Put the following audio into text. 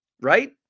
right